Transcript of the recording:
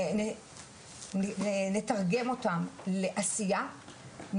ונתרגם אותם לעשייה,